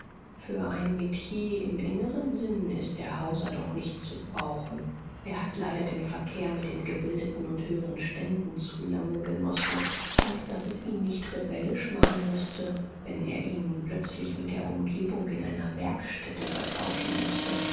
für ein metier im engeren sinn ist der hauser doch nicht zu brauchen er hat leider den verkehr mit den gebildeten und höheren ständen zu lange genossen als daß es ihn nicht rebellisch machen müßte wenn er ihn plötzlich mit der umgebung in einer werkstätte vertauschen müßte